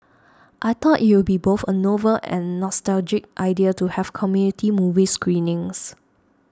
I thought it would be both a novel and nostalgic idea to have community movie screenings